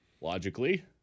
Logically